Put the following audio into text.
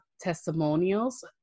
testimonials